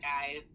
guys